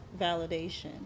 validation